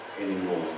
anymore